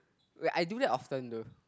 wait I do that often though